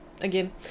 again